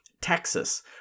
Texas